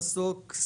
מסוק,